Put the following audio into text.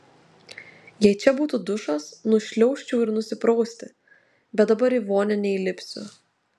jei čia būtų dušas nušliaužčiau ir nusiprausti bet dabar į vonią neįlipsiu